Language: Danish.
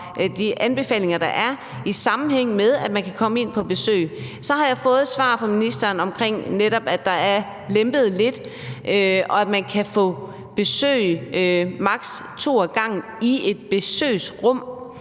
i sammenhæng med, at man kan komme på besøg. Så har jeg fået et svar fra ministeren om, at der er lempet lidt, og at man kan få besøg af maks. to ad gangen i et besøgsrum,